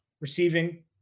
receiving